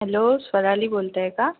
hello Swarali बोलताय का